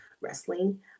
Wrestling